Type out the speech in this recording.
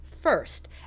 first